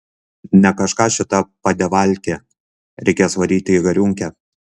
ne kažką šita padevalkė reikės varyt į gariūnkę